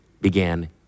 began